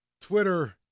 twitter